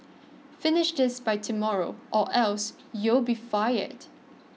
finish this by tomorrow or else you'll be fired